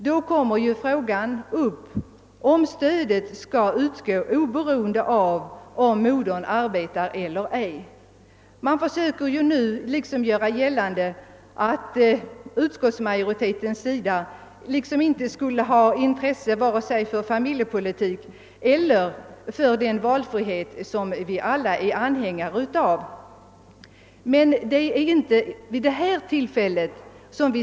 Därvid kommer frågan upp om stödet skall utgå oberoende av om modern arbetar eller ej. Man försöker nu framställa det som om utskottsmajoriteten inte skulle ha intresse vare sig för familjepolitik eller för den valfrihet som vi alla är anhängare av, men dessa frågor skall vi inte diskutera vid det här tillfället.